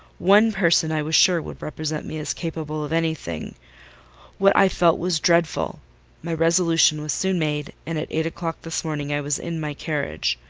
one person i was sure would represent me as capable of any thing what i felt was dreadful my resolution was soon made, and at eight o'clock this morning i was in my carriage.